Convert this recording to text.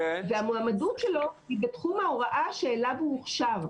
והמועמדות שלו היא בתחום ההוראה שאליו הוא הוכשר.